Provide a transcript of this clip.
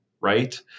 right